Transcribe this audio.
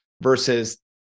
versus